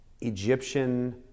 Egyptian